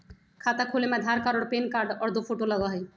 खाता खोले में आधार कार्ड और पेन कार्ड और दो फोटो लगहई?